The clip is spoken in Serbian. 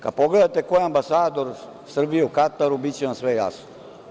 Kada pogledate ko je ambasador Srbije u Kataru, biće vam sve jasno.